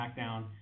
SmackDown